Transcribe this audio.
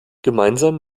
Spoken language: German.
gemeinsam